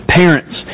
parents